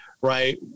right